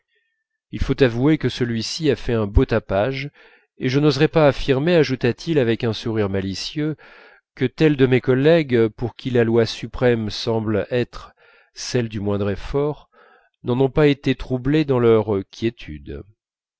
il faut avouer que celui-ci a fait un beau tapage et je n'oserais pas affirmer ajouta-t-il avec un sourire malicieux que tels de mes collègues pour qui la loi suprême semble être celle du moindre effort n'en ont pas été troublés dans leur quiétude